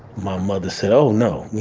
my mother said, oh, no.